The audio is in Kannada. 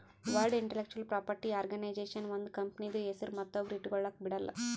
ವರ್ಲ್ಡ್ ಇಂಟಲೆಕ್ಚುವಲ್ ಪ್ರಾಪರ್ಟಿ ಆರ್ಗನೈಜೇಷನ್ ಒಂದ್ ಕಂಪನಿದು ಹೆಸ್ರು ಮತ್ತೊಬ್ರು ಇಟ್ಗೊಲಕ್ ಬಿಡಲ್ಲ